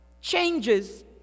changes